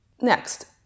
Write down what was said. Next